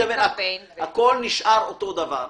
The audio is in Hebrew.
הכול נשאר אותו דבר.